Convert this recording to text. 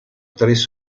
tres